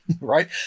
right